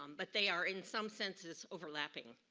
um but they are in some sense overlapping.